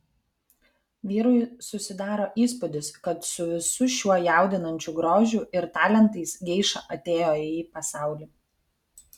vyrui susidaro įspūdis kad su visu šiuo jaudinančiu grožiu ir talentais geiša atėjo į pasaulį